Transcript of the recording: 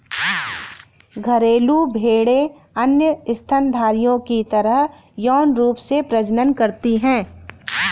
घरेलू भेड़ें अन्य स्तनधारियों की तरह यौन रूप से प्रजनन करती हैं